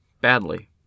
Badly